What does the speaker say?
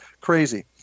crazy